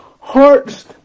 hearts